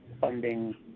funding